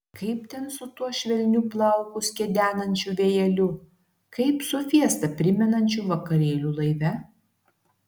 kaip ten su tuo švelniu plaukus kedenančiu vėjeliu kaip su fiestą primenančiu vakarėliu laive